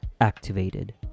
activated